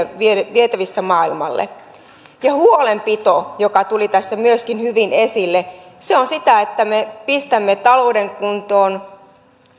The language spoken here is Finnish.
vietävissä maailmalle ja huolenpito joka tuli tässä myöskin hyvin esille on sitä että me pistämme talouden kuntoon